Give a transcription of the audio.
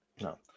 No